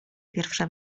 pierwsze